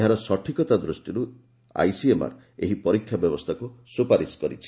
ଏହାର ସଠିକତା ଦୃଷ୍ଟିରୁ ଆଇସିଏମ୍ଆର୍ ଏହି ପରୀକ୍ଷା ବ୍ୟବସ୍ଥାକୁ ସୁପାରିଶ କରିଛି